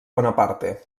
bonaparte